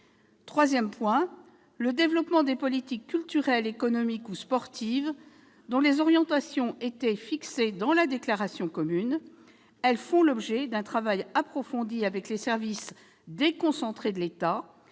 le développement des politiques culturelles, économiques ou sportives dont les orientations étaient fixées dans la déclaration commune. Ces politiques font l'objet d'un travail approfondi avec les services déconcentrés de l'État